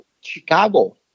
Chicago